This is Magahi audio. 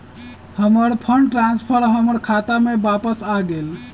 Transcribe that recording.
हमर फंड ट्रांसफर हमर खाता में वापस आ गेल